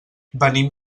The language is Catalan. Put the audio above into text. venim